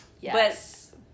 Yes